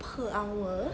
per hour